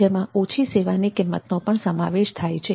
જેમાં ઓછી સેવાની કિંમતનો પણ સમાવેશ થાય છે